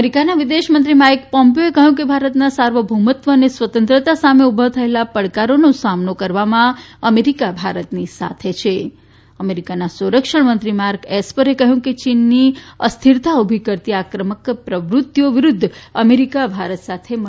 અમેરિકાના વિદેશમંત્રી માઈક પોમ્પીઓએ કહ્યું કે ભારતના સાર્વભૌમત્વ અને સ્વતંત્રતા સામે ઊભા થયેલા પડકારોનો સામનો કરવામાં અમેરિકા ભારતની સાથે છે અમેરિકાના સંરક્ષણ મંત્રી માર્ક એસ્પરે કહ્યું કે ચીનની અસ્થિરતા ઊભી કરતી આક્રમક પ્રવૃત્તિઓ વિરૂદ્ધ અમેરિકા ભારત સાથે મળીને કાર્ય કરવા તૈયાર છે